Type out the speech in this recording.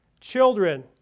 Children